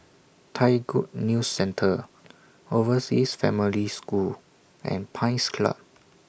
Thai Good News Centre Overseas Family School and Pines Club